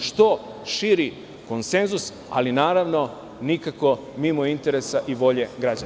Dakle, što širi konsenzus, ali, naravno, nikako mimo interesa i volje građana.